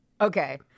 Okay